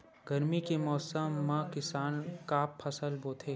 गरमी के मौसम मा किसान का फसल बोथे?